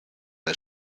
his